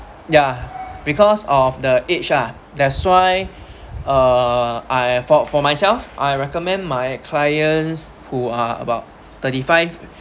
yeah because of the age ah that's why uh I for for myself I recommend my clients who are about thirty five